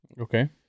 Okay